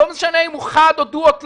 לא משנה אם הוא חד או דו או תלת.